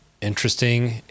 interesting